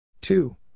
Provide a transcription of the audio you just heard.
two